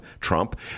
Trump